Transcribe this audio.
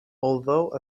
although